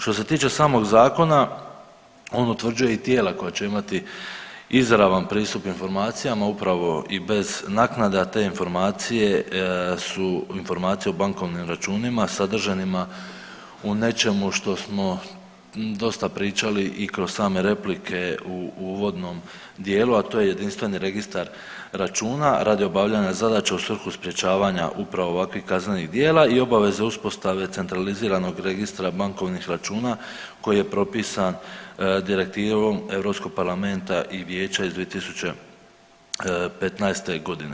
Što se tiče samog zakona on utvrđuje i tijela koja će imati izravan pristup informacijama upravo i bez naknada te informacije su informacije o bankovnim računima sadržanima u nečemu što smo dosta pričali i kroz same replike u uvodnom dijelu, a to je jedinstveni registar računa radi obavljanja zadaća u svrhu sprječavanja upravo ovakvih kaznenih djela i obaveze uspostave centraliziranog registra bankovnih računa koji je propisan Direktivom Europskog parlamenta i Vijeća iz 2015. godine.